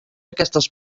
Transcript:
aquestes